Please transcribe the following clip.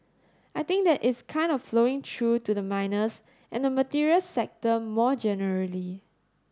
I think that is kind of flowing through to the miners and the materials sector more generally